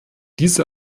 diese